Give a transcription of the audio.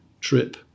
trip